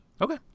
Okay